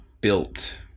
built